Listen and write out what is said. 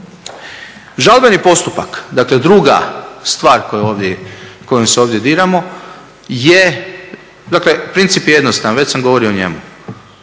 Žalbeni postupak, dakle druga stvar kojom se ovdje diramo je, dakle princip je jednostavan, već sam govorio o njemu.